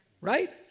Right